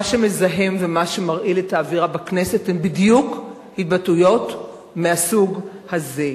מה שמזהם ומה שמרעיל את האווירה בכנסת אלה בדיוק התבטאויות מהסוג הזה.